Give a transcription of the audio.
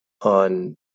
on